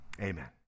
Amen